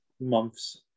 months